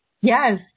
Yes